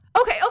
Okay